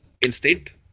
instinct